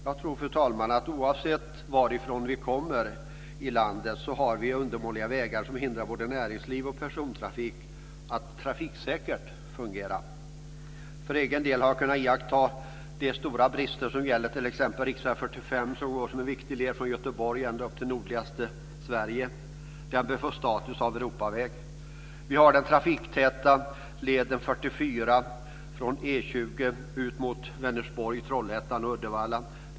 Jag tror, fru talman, att oavsett varifrån i landet vi kommer har vi erfarenheter av undermåliga vägar som hindrar både näringsliv och persontrafik att fungera trafiksäkert. För egen del har jag kunnat iaktta de stora bristerna på t.ex. riksväg 45, som är en viktig led från Göteborg ända upp till nordligaste Sverige. Den bör få status som Europaväg. Vi har den trafiktäta leden 44 från E 20 ut mot Vänersborg, Trollhättan och Uddevalla.